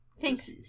Thanks